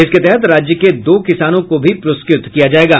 इसके तहत राज्य के दो किसानों को भी पुरस्कृत किया जायेगा